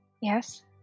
yes